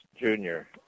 junior